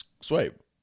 swipe